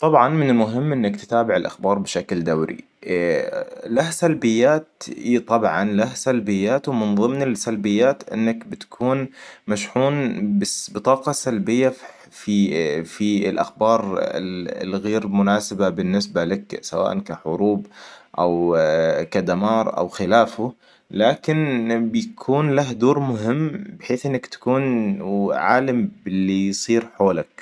طبعاً من المهم إنك تتابع الأخبار بشكل دوري. له سلبيات ايه طبعا له سلبيات ومن ضمن السلبيات إنك بتكون مشحون بطاقة سلبية في في الأخبار الغير مناسبة بالنسبة لك سواء كحروب او كدمار او خلافه. لكن بيكون له دور مهم بحيث إنك تكون عالم باللي يصير حولك